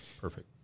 Perfect